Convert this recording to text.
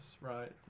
right